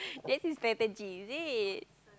ya this is strategy is it